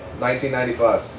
1995